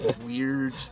weird